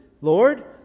Lord